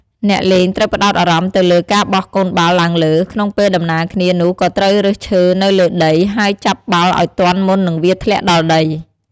អ្នកលេងត្រូវផ្តោតអារម្មណ៍ទៅលើការបោះកូនបាល់ឡើងលើ ក្នុងពេលដំណាលគ្នានោះក៏ត្រូវរើសឈើនៅលើដី ហើយចាប់បាល់ឲ្យទាន់មុននឹងវាធ្លាក់ដល់ដី។